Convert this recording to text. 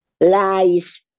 Lies